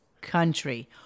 country